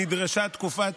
נדרשה תקופת